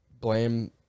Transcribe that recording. blame –